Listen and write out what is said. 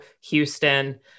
Houston